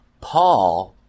Paul